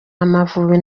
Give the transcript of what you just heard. amavubi